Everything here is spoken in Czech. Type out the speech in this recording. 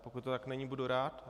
Pokud to tak není, budu rád.